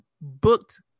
booked